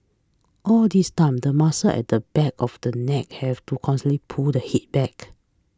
all this time the muscles at the back of the neck have to constantly pull the head back